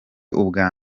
ubwa